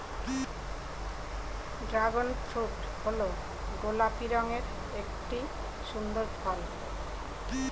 dragon fruit হল গোলাপি রঙের একটি সুন্দর ফল